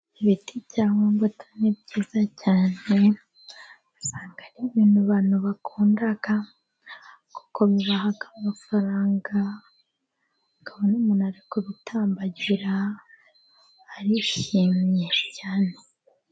Ibiti bya mumbutu ni byiza cyane, usanga ari ibintu abantu bakunda kuko bibaha amafaranga, akabona n'umuntu ari kubitambagira, arishimye cyane.